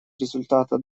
результата